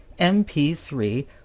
MP3